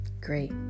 great